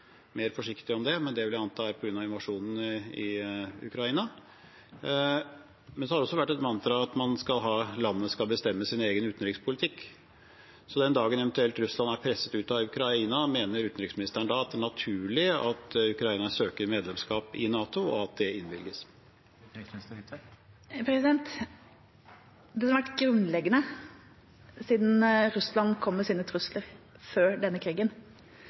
mer forsiktig knyttet til det, men det vil jeg anta er på grunn av invasjonen i Ukraina. Men det har også vært et mantra om at landet skal bestemme sin egen utenrikspolitikk. Så den dagen Russland eventuelt har blitt presset ut av Ukraina, mener utenriksministeren da at det er naturlig at Ukraina søker om medlemskap i NATO, og at det innvilges? Det som har vært grunnleggende siden Russland kom med sine trusler før denne krigen,